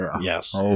Yes